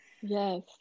Yes